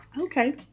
Okay